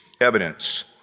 evidence